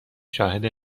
شاهد